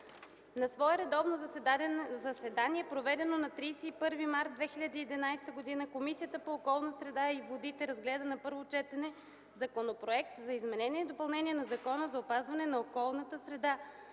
На свое редовно заседание, проведено на 31.03.2011 г., Комисията по околната среда и водите разгледа на първо четене Законопроект за изменение и допълнение на Закона за опазване на околната среда,